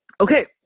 Okay